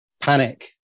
Panic